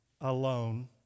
alone